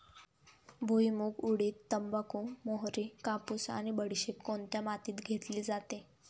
भुईमूग, उडीद, तंबाखू, मोहरी, कापूस आणि बडीशेप कोणत्या मातीत घेतली जाते?